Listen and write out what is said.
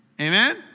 Amen